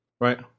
Right